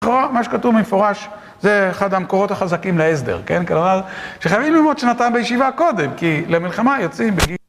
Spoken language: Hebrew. מה שכתוב במפורש, זה אחד המקורות החזקים להסדר, כן? כלומר, שחייבים ללמוד שנתיים בישיבה קודם, כי למלחמה יוצאים בגיל...